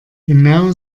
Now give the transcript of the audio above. genau